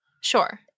Sure